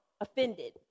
offended